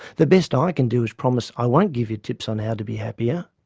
the best i can do is promise i won't give you tips on how to be happier.